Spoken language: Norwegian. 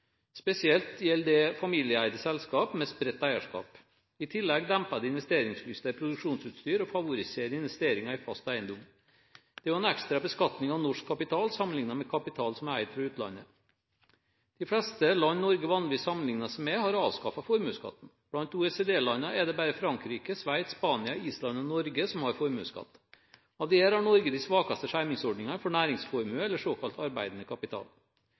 Spesielt gjelder det familieeide selskap med spredt eierskap. I tillegg demper det investeringslyst til produksjonsutstyr og favoriserer investeringer i fast eiendom. Det er en ekstra beskatning av norsk kapital sammenlignet med kapital som er eid fra utlandet. De fleste land Norge vanligvis sammenligner seg med, har avskaffet formuesskatten. Blant OECD-landene er det bare Frankrike, Sveits, Spania, Island og Norge som har formuesskatt. Av disse har Norge de svakeste skjermingsordninger for næringsformue, eller såkalt arbeidende kapital.